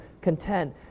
content